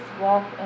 walk